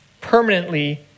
permanently